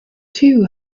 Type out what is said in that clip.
two